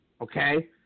Okay